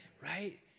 Right